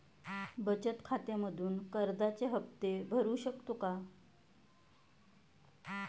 बचत खात्यामधून कर्जाचे हफ्ते भरू शकतो का?